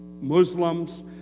Muslims